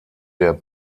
der